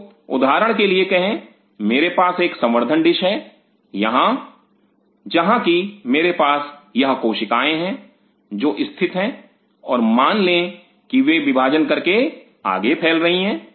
तो उदाहरण के लिए कहे मेरे पास एक संवर्धन डिश है यहां जहां की मेरे पास यह कोशिकाएं हैं जो कि स्थित है और मान ले कि वे विभाजन करके आगे फैल रही हैं